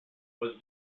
was